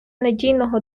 надійного